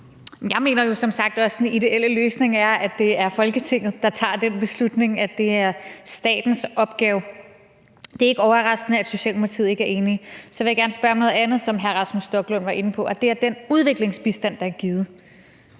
det er Folketinget, der tager den beslutning, at det er statens opgave. Det er ikke overraskende, at Socialdemokratiet ikke er enige. Så vil jeg gerne spørge om noget andet, som hr. Rasmus Stoklund var inde på, og det handler om den udviklingsbistand, der er givet.